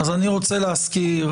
אז אני רוצה להזכיר,